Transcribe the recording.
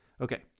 Okay